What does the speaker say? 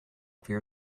clear